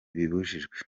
bibujijwe